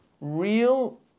real